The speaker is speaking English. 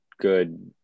good